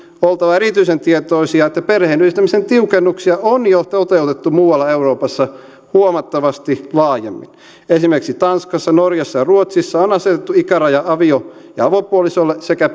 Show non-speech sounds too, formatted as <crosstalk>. oltava erityisen tietoisia että perheenyhdistämisen tiukennuksia on jo toteutettu muualla euroopassa huomattavasti laajemmin esimerkiksi tanskassa norjassa ja ruotsissa on asetettu ikäraja avio ja avopuolisolle sekä <unintelligible>